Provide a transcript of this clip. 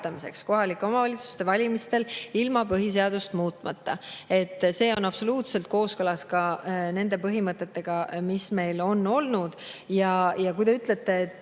kohalike omavalitsuste valimistel ilma põhiseadust muutmata. See on absoluutselt kooskõlas ka nende põhimõtetega, mis meil on olnud. Kui te ütlete, et